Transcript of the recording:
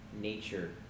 nature